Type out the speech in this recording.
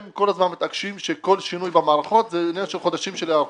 הם כל הזמן מתעקשים שכל שינוי במערכות זה עניין של חודשים של היערכות.